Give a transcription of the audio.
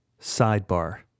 Sidebar